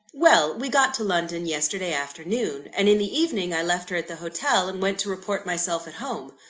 well we got to london yesterday afternoon and in the evening i left her at the hotel, and went to report myself at home.